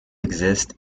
exist